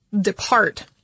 depart